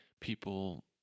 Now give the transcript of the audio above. people